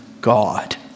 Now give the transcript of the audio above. God